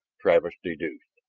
travis deduced.